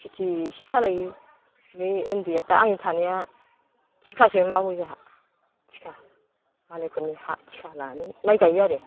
खेथि एसे खालामो बै उन्दैयाथ' आंनि थानाया थिखासो मावो जोंहा थिखा मालायफोरनि हा थिखा लानानै माइ गायो आरो